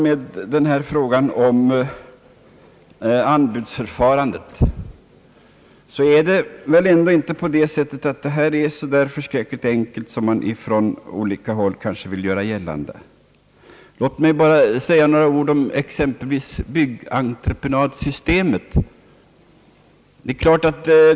Vad beträffar anbudsförfarandet så är den saken inte så enkel som man från olika håll kanske vill göra gällande. Låt mig säga några ord om t.ex. byggnadsentreprenadsystemet.